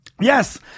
Yes